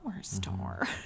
store